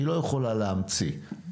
היא לא יכולה להמציא,